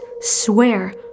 swear